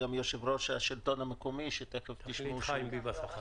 יושב-ראש השלטון המקומי חיים ביבס שתכף